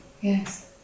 Yes